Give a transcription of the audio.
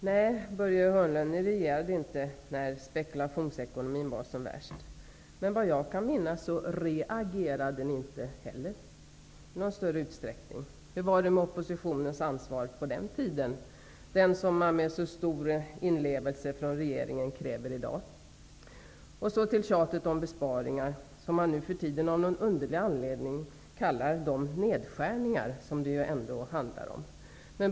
Herr talman! Nej, Börje Hörnlund, ni regerade inte när spekulationsekonomin var som värst. Men såvitt jag kan minnas reagerade ni inte heller i någon större utsträckning. Hur var det med oppositionens ansvar på den tiden, det ansvar som regeringen med så stor inlevelse kräver av oppositionen i dag? Så över till tjatet om besparingar, som man nu för tiden av någon underlig anledning kallar för nedskärningar.